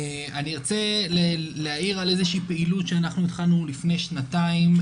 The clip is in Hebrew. אני ארצה להעיר על איזושהי פעילות שאנחנו התחלנו לפני שנתיים,